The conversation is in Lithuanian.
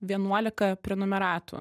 vienuolika prenumeratų